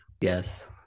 yes